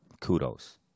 kudos